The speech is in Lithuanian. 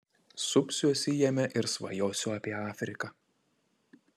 supsiuosi jame ir svajosiu apie afriką